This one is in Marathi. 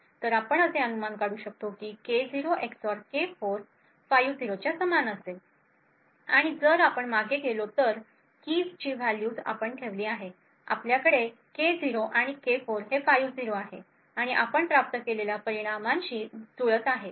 तर आपण असे अनुमान काढू शकतो की K0 एक्सऑर K4 50 च्या समान असेल आणि जर आपण मागे गेलो तर या कीजची व्हॅल्यूज आपण ठेवली आहे आपल्याकडे K0 आणि K4 हे 50 आहे आणि आपण प्राप्त केलेल्या परिणामांशी जुळत आहेत